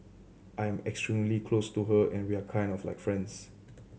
I am extremely close to her and we are kind of like friends